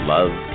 Love